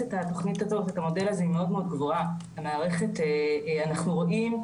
שנהנים מהתמיכה הזו ואני סמוך ובטוח שמשרד החינוך יודע